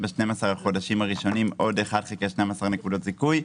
ב-12 חודשים הראשונים עוד 1/12 נקודות זיכוי.